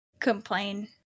Complain